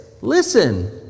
Listen